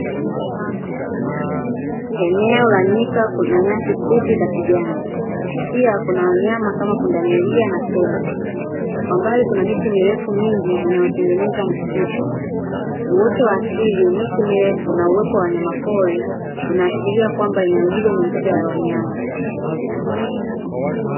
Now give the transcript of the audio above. Eneo la nyika kuna nyasi fupi za kijani, pia kuna wanyama kama pundamilia na tembo, kwa mbali kuna miti mirefu mingi inayotengeneza msitu, uoto wa asili, miti mirefu na uwepo wa wanyamapori, unaashiria kwamba eneo hilo ni mbuga ya wanyama.